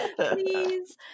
Please